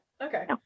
Okay